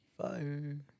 fire